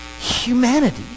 humanity